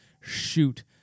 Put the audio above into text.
shoot